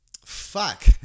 fuck